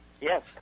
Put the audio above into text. Yes